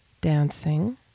dancing